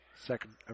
Second